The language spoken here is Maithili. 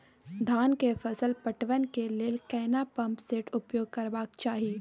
धान के फसल पटवन के लेल केना पंप सेट उपयोग करबाक चाही?